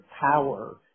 power